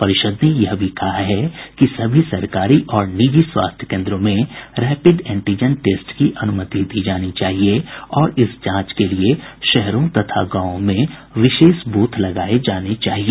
परिषद ने यह भी कहा है कि सभी सरकारी और निजी स्वास्थ्य केंद्रों में रैपिड एंटीजन टेस्ट की अनुमति दी जानी चाहिए और इस जांच के लिए शहरों तथा गांवों में विशेष बूथ लगाए जाने चाहिए